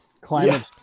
climate